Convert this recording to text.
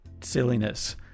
silliness